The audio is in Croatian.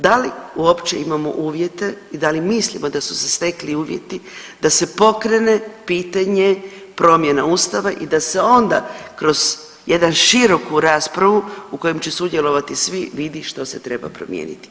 Da li uopće imamo uvjete i da li mislimo da su se stekli uvjeti da se pokrene pitanje promjena Ustava i da se onda kroz jedan široku raspravu u kojem će sudjelovati svi vidi što se treba promijeniti.